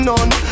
None